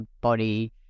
body